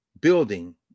building